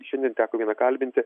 šiandien teko vieną kalbinti